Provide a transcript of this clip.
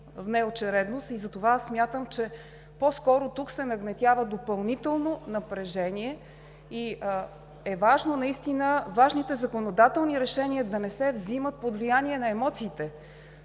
внеочередност и затова смятам, че по скоро тук се нагнетява допълнително напрежение. Важно е наистина съществените законодателни решения да не се взимат под влияние на емоциите.